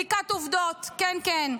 כן, כן.